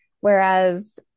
Whereas